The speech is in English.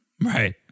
Right